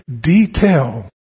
detail